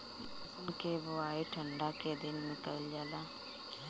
लहसुन के बोआई ठंढा के दिन में कइल जाला